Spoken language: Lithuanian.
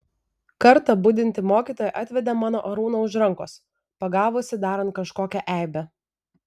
kartą budinti mokytoja atvedė mano arūną už rankos pagavusi darant kažkokią eibę